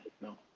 No